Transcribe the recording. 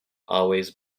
always